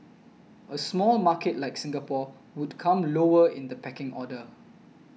a small market like Singapore would come lower in the pecking order